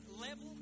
level